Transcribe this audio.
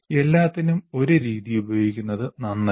എല്ലാത്തിനും ഒരു രീതി ഉപയോഗിക്കുന്നത് നന്നല്ല